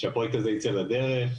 שהפרויקט הזה יצא לדרך,